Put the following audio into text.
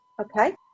okay